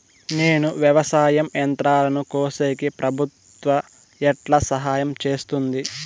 నేను వ్యవసాయం యంత్రాలను కొనేకి ప్రభుత్వ ఎట్లా సహాయం చేస్తుంది?